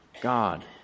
God